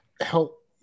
help